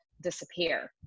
disappear